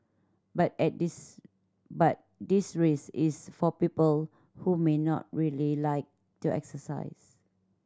but at this but this race is for people who may not really like to exercise